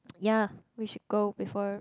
ya we should go before